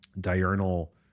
diurnal